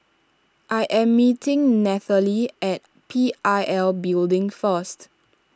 I am meeting Nathaly at P I L Building first